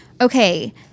Okay